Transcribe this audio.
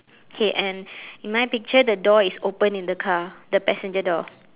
okay and in my picture the door is open in the car the passenger door